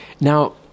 Now